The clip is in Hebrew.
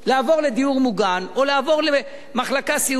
או לעבור למחלקה סיעודית,